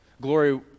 Glory